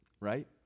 right